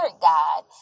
God